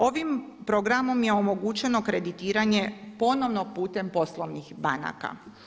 Ovim programom je omogućeno kreditiranje ponovno putem poslovnih banaka.